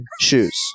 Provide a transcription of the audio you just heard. shoes